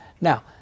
Now